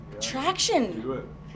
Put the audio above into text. traction